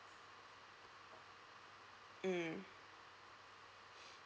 mm